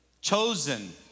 chosen